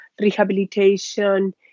rehabilitation